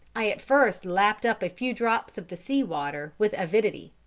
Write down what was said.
i at first lapped up a few drops of the sea-water with avidity,